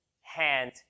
hand